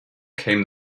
came